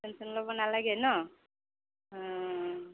tension ল'ব নালাগে ন' অ